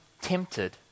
tempted